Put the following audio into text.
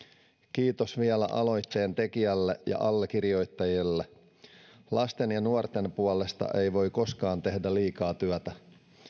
kiitos vielä aloitteen tekijälle ja allekirjoittajille lasten ja nuorten puolesta ei voi koskaan tehdä liikaa työtä